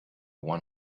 one